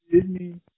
Disney